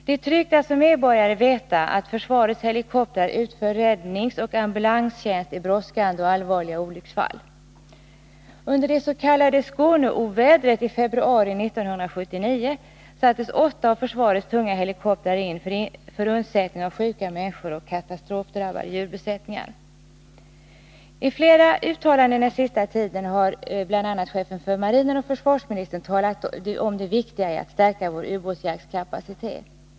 Det är tryggt, att som medborgare veta, att försvarets helikoptrar utför räddningsoch ambulanstjänst vid brådskande och allvarliga olycksfall. Under det s.k. Skåneovädret i februari 1979 sattes åtta av försvarets tunga helikoptrar in för undsättning av sjukamänniskor och katastrofdrabbade djurbesättningar. I flera uttalanden den senaste tiden har bl.a. chefen för marinen och försvarsministern talat om vikten av att stärka vår ubåtsjaktkapacitet.